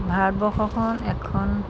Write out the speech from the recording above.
ভাৰতবৰ্ষখন এখন